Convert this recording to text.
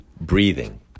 breathing